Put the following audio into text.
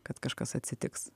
kad kažkas atsitiks